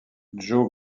joe